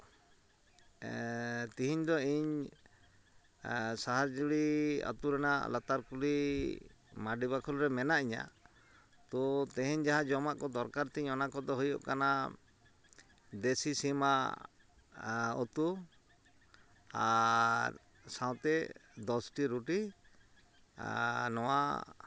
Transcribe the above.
ᱛᱮᱦᱮᱧ ᱫᱚ ᱤᱧ ᱥᱟᱦᱟᱨᱡᱩᱲᱤ ᱟᱛᱳ ᱨᱮᱱᱟᱜ ᱞᱟᱛᱟᱨ ᱠᱩᱞᱦᱤ ᱢᱟᱨᱰᱤ ᱵᱷᱟᱠᱷᱳᱞ ᱨᱮ ᱢᱮᱱᱟᱜ ᱤᱧᱟᱹ ᱛᱚ ᱛᱮᱦᱮᱧ ᱡᱟᱦᱟᱸ ᱡᱚᱢᱟᱜ ᱠᱚ ᱫᱚᱨᱠᱟᱨ ᱛᱤᱧ ᱚᱱᱟ ᱠᱚᱫᱚ ᱦᱩᱭᱩᱜ ᱠᱟᱱᱟ ᱫᱮᱥᱤ ᱥᱤᱢᱟᱜ ᱩᱛᱩ ᱟᱨ ᱥᱟᱶᱛᱮ ᱫᱚᱥᱴᱤ ᱨᱩᱴᱤ ᱱᱚᱣᱟ